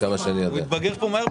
למגישים הנוספים.